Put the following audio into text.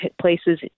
places